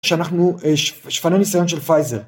‫שאנחנו שפני ניסיון של פייזר.